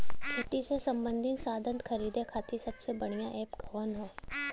खेती से सबंधित साधन खरीदे खाती सबसे बढ़ियां एप कवन ह?